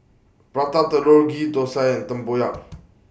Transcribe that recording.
Prata Telur Ghee Thosai and Tempoyak